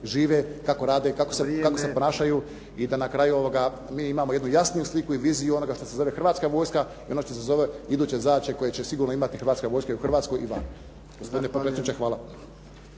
Ante (SDP)** Kako se ponašaju i da na kraju mi imamo jednu jasniju sliku i viziju onoga što se zove Hrvatska vojska i ono što se zove iduće zadaće koje će sigurno imati Hrvatska vojska i u Hrvatskoj i van.